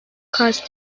cause